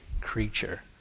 creature